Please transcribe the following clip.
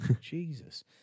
Jesus